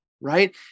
right